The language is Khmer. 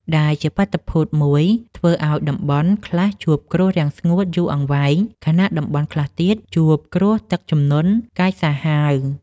ដែលជាបាតុភូតមួយធ្វើឱ្យតំបន់ខ្លះជួបគ្រោះរាំងស្ងួតយូរអង្វែង ខណៈតំបន់ខ្លះទៀតជួបគ្រោះទឹកជំនន់កាចសាហាវ។